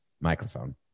microphone